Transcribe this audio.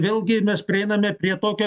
vėlgi mes prieiname prie tokio